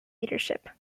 leadership